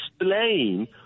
explain